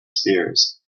spears